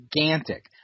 gigantic